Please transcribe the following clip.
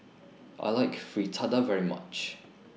I like Fritada very much